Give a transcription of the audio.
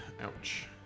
Ouch